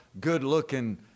good-looking